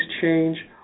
change